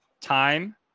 time